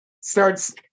starts